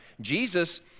Jesus